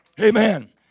Amen